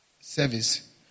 service